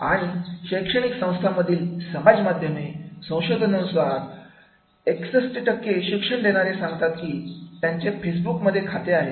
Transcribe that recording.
आणि शैक्षणिक संस्थांमधील समाज माध्यमे संशोधनानुसार 61 शिक्षण देणारे सांगतात की त्यांचे फेसबुक मध्ये खाते आहे